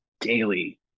daily